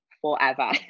forever